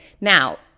Now